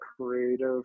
creative